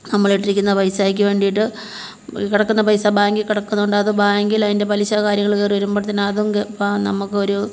നമ്മളിട്ടിരിക്കുന്ന പൈസാക്ക് വേണ്ടീട്ട് കിടക്കുന്ന പൈസ ബാങ്കിൽ കിടക്കുന്നത് കൊണ്ടത് ബാങ്കിലതിൻ്റെ പലിശ കാര്യങ്ങൾ കയറി വരുമ്പോഴ്ത്തേനും അതും ഇപ്പം നമുക്കൊരു